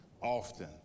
often